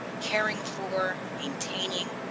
caring for, maintaining,